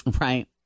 Right